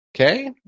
okay